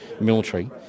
military